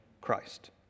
Christ